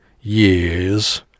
years